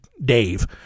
Dave